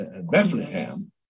Bethlehem